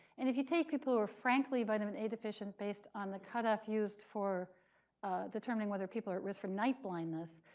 and if you take people who are frankly vitamin a deficient based on the cutoff used for determining whether people are at risk for night blindness,